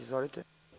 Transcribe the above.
Izvolite.